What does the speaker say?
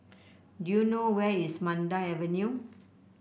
do you know where is Mandai Avenue